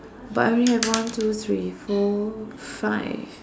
but I only have one two three four five